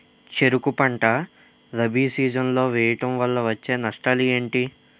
చెరుకు పంట రబీ సీజన్ లో వేయటం వల్ల వచ్చే నష్టాలు ఏంటి?